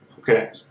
Okay